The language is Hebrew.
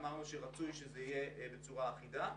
אמרנו שרצוי שזה יהיה בצורה אחידה.